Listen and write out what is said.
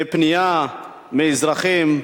פנייה, מאזרחים,